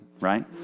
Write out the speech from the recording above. right